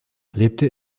lebte